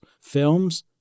films